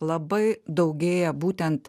labai daugėja būtent